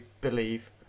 believe